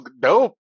dope